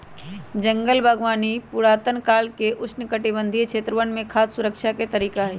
जंगल बागवानी पुरातन काल से उष्णकटिबंधीय क्षेत्रवन में खाद्य सुरक्षा के तरीका हई